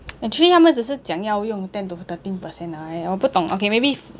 actually 他们只是讲要用 ten to thirteen percent ah !aiya! 我不懂 okay maybe